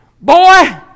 Boy